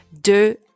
de